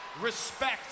respect